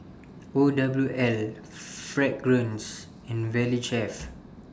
O W L Fragrance and Valley Chef